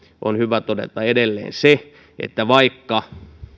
on hyvä todeta edelleen se että vaikka